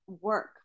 work